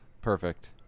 Perfect